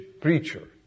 preacher